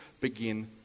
begin